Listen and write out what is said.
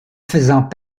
faisant